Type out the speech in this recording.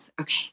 Okay